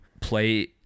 play